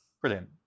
Brilliant